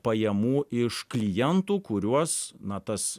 pajamų iš klientų kuriuos na tas